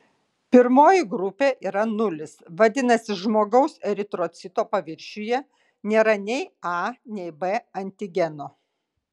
pirmoji grupė yra nulis vadinasi žmogaus eritrocito paviršiuje nėra nei a nei b antigeno